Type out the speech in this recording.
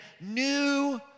new